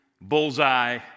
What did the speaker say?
bullseye